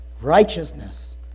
righteousness